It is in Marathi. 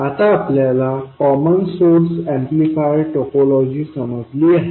आता आपल्याला कॉमन सोर्स ऍम्प्लिफायर टोपोलॉजी समजली आहे